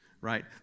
right